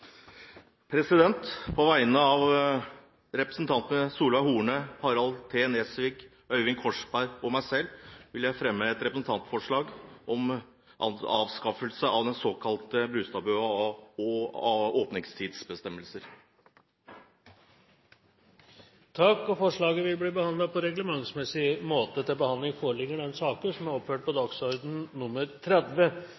representantforslag. På vegne av representantene Solveig Horne, Harald T. Nesvik, Øyvind Korsberg og meg selv vil jeg fremme et representantforslag om avskaffelse av den såkalte Brustad-bua og om avvikling av åpningstidsbestemmelsene. Forslaget vil bli behandlet på reglementsmessig måte. Før sakene på dagens kart tas opp til behandling,